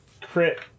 crit